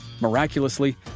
Miraculously